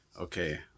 okay